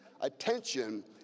attention